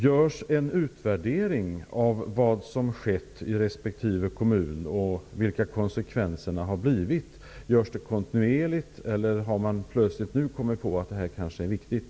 Görs det kontinuerligt en utvärdering av vad som har skett i respektive kommun och av vilka konsekvenserna har blivit eller har man nu plötsligt kommit på att detta kanske är viktigt?